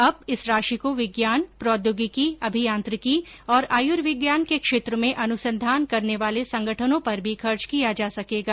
अब इस राशि को विज्ञान प्रौद्योगिकी अभियांत्रिकी और आयुर्विज्ञान के क्षेत्र में अनुसंधान करने वाले संगठनों पर भी खर्च किया जा सकेगा